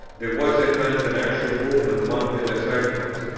there was at length an actual movement among their disciples,